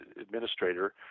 administrator